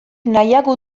nahiago